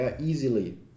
easily